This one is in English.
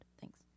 thanks